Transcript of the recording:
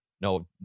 no